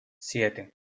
siete